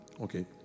Okay